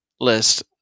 list